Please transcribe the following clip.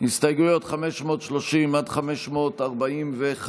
הסתייגויות 530 545,